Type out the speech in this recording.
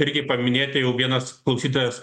irgi paminėti jau vienas klausytojas